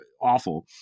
awful